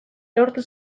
lortu